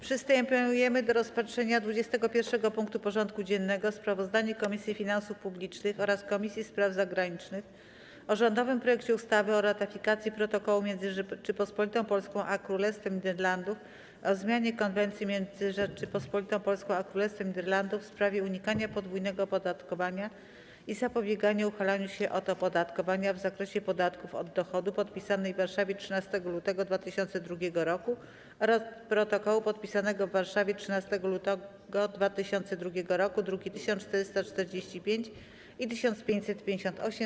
Przystępujemy do rozpatrzenia punktu 21. porządku dziennego: Sprawozdanie Komisji Finansów Publicznych oraz Komisji Spraw Zagranicznych o rządowym projekcie ustawy o ratyfikacji Protokołu między Rzecząpospolitą Polską a Królestwem Niderlandów o zmianie Konwencji między Rzecząpospolitą Polską a Królestwem Niderlandów w sprawie unikania podwójnego opodatkowania i zapobiegania uchylaniu się od opodatkowania w zakresie podatków od dochodu, podpisanej w Warszawie dnia 13 lutego 2002 roku, oraz Protokołu, podpisanego w Warszawie dnia 13 lutego 2002 roku (druki nr 1445 i 1558)